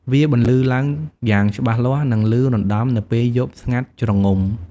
វាបន្លឺឡើងយ៉ាងច្បាស់លាស់ និងលឺរណ្ដំនៅពេលយប់ស្ងាត់ជ្រងំ។